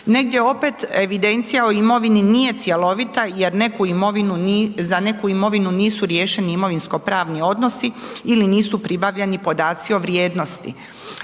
Negdje opet evidencija o imovini nije cjelovita jer za neku imovinu nisu riješeni imovinsko pravni odnosi ili nisu pribavljeni podaci o vrijednosti.